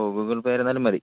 ഓ Google Pay ആയിരുന്നാലും മതി